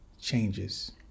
changes